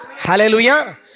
Hallelujah